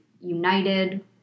united